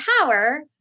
power